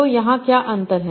तो यहाँ क्या अंतर है